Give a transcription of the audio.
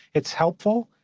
it's helpful,